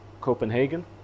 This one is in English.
Copenhagen